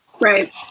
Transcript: Right